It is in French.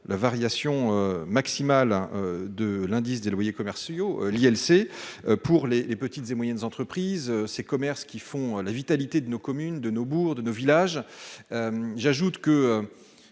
la variation maximale de l'indice des loyers commerciaux (ILC), pour les petites et moyennes entreprises, pour les commerces qui font la vitalité de nos communes, de nos bourgs et de nos villages. Le